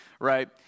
right